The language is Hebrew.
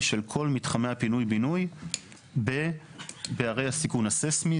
של כל מתחמי הפינוי בינוי בערי הסיכון הססמי.